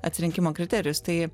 atsirinkimo kriterijus tai